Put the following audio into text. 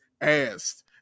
asked